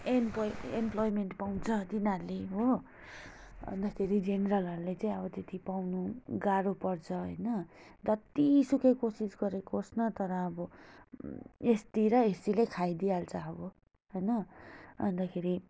एम्पोई employment पाउँछ तिनीहरूले हो अन्तखेरि जेनरलहरूले चाहिँ अब त्यति पाउनु गाह्रो पर्छ होइन जतिसुकै कोसिस गरेको होस् न तर अब एसटी र एससीले खाइदिइहाल्छ अब हैन अन्तखेरि